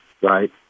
right